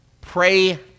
Pray